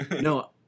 No